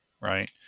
right